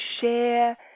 share